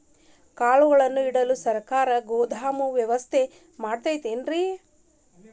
ಕಾಳುಗಳನ್ನುಇಡಲು ಸರಕಾರ ಗೋದಾಮು ವ್ಯವಸ್ಥೆ ಕೊಡತೈತೇನ್ರಿ?